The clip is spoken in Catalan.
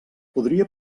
podria